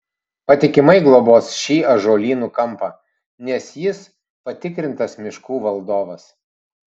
patikimai globos šį ąžuolynų kampą nes jis patikrintas miškų valdovas